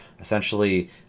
essentially